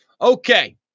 Okay